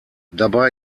dabei